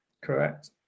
correct